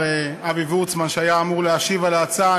אבי וורצמן שהיה אמור להשיב על ההצעה.